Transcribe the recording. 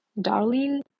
darling